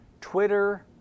Twitter